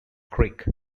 creek